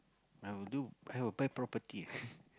I will do I will buy property